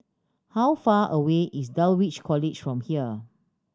how far away is Dulwich College from here